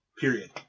Period